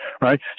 right